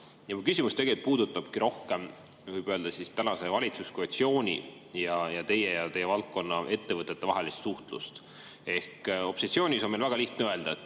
küsimus puudutabki rohkem, võib öelda, tänase valitsuskoalitsiooni ning teie ja teie valdkonna ettevõtete vahelist suhtlust. Opositsioonis on meil väga lihtne öelda,